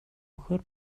өгөхөөр